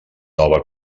nova